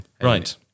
Right